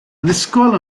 annisgwyl